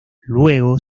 luego